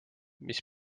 mis